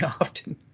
often